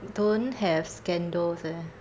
don't have scandals eh